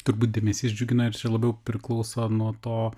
turbūt dėmesys džiugina ir labiau priklauso nuo to